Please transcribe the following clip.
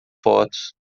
fotos